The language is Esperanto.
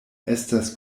estas